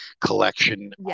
collection